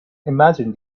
imagine